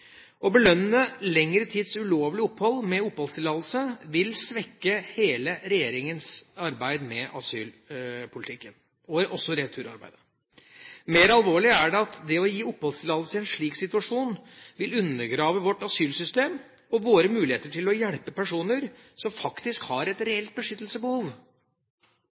Å belønne lengre tids ulovlig opphold med oppholdstillatelse vil svekke hele regjeringas arbeid med asylpolitikken, også returarbeidet. Mer alvorlig er det at det å gi oppholdstillatelse i en slik situasjon vil undergrave vårt asylsystem og våre muligheter til å hjelpe personer som faktisk har et reelt beskyttelsesbehov.